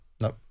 No